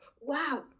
wow